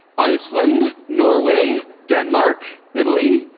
iceland, norway, denmark, italy,